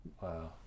Wow